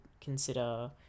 consider